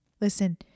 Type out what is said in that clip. listen